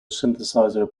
synthesizer